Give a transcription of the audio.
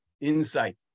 insight